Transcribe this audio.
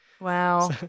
Wow